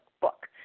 book